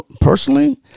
Personally